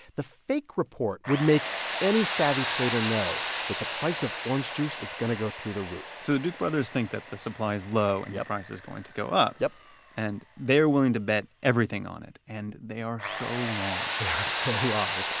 the fake report would make any savvy trader know that the price of orange juice is going to go through the roof so the duke brothers think that the supply is low yup and the price is going to go up yup and they're willing to bet everything on it and they are so wrong they are so wrong.